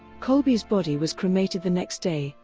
kolbe's body was cremated the next day,